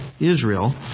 Israel